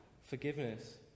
Forgiveness